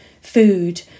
food